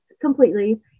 completely